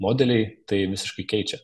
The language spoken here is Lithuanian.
modeliai tai visiškai keičia